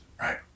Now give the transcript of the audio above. Right